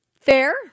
Fair